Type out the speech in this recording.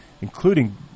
including